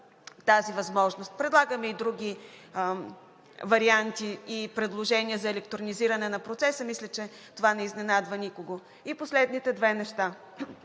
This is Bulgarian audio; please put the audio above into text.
тази възможност. Предлагаме и други варианти и предложения за електронизиране на процеса, мисля че това не изненадва никого. И последните две неща.